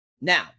Now